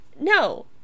No